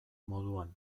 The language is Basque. moduan